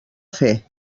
fer